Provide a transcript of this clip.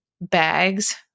bags